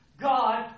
God